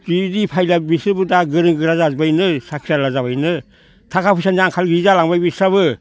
बिदि फैला बिसोरबो दा गोरों गोरा जाजोब्बायनो साख्रिआला जाबायनो थाखा फैसानि आंखाल गैयि जालांबाय बिसोरबो